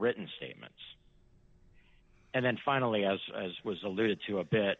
written statements and then finally as was alluded to a bit